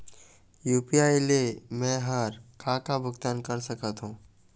UPI ले मे हर का का भुगतान कर सकत हो?